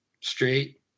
straight